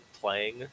playing